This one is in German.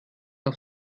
auf